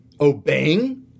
obeying